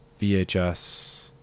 VHS